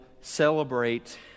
celebrate